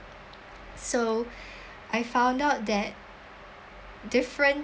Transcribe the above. so I found out that different